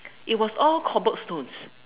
it was all cobblestones